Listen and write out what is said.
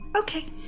Okay